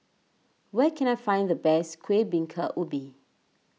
where can I find the best Kuih Bingka Ubi